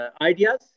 ideas